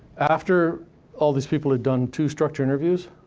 after all these people had done two structured interviews,